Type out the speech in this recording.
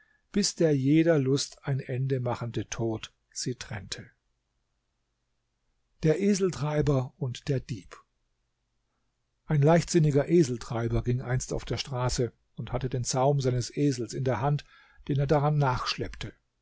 bis der jeder lust ein ende machende tod sie trennte der eseltreiber und der dieb ein leichtsinniger eseltreiber ging einst auf der straße und hatte den zaum seines esels in der hand den er daran